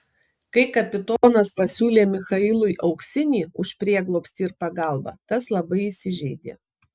kai kapitonas pasiūlė michailui auksinį už prieglobstį ir pagalbą tas labai įsižeidė